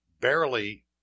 barely